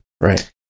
right